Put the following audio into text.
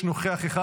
יש נוכח אחד.